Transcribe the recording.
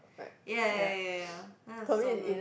ya ya ya ya ya that is so good